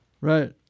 Right